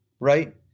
Right